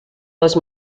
dos